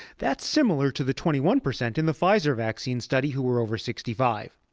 that's similar to the twenty one percent in the pfizer vaccine study who were over sixty five.